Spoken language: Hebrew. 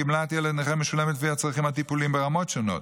גמלת ילד נכה משולמת לפי הצרכים הטיפוליים ברמות שונות,